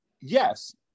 yes